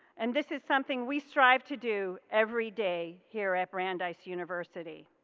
and this is something we strive to do everyday here at brandeis university.